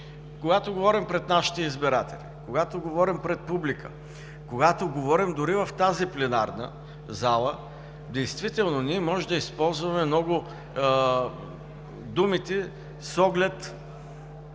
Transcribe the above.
когато говорим пред нашите избиратели, когато говорим пред публика, когато говорим дори в тази пленарна зала, действително можем да използваме думите с оглед